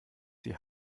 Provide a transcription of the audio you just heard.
die